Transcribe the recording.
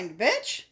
bitch